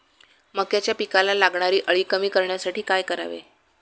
मक्याच्या पिकाला लागणारी अळी कमी करण्यासाठी काय करावे?